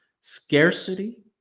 scarcity